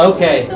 Okay